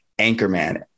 Anchorman